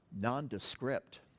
nondescript